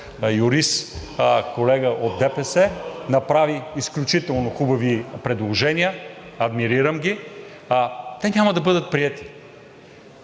юрист, колега от ДПС, направи изключително хубави предложения, адмирирам ги, те няма да бъдат приети.